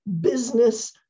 business